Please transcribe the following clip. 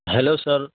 hello sir